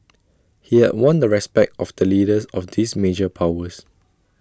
he had won the respect of the leaders of these major powers